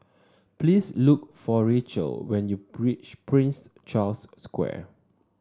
please look for Rachael when you reach Prince Charles Square